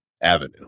avenue